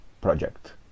project